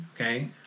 Okay